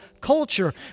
culture